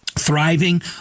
thriving